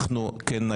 את מי אנחנו מסנדלים?